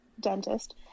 dentist